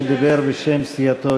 שדיבר בשם סיעתו,